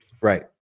Right